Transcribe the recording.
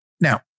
Now